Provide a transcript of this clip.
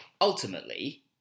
Ultimately